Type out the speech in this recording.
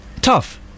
Tough